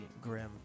grim